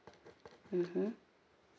mmhmm